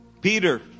Peter